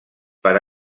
per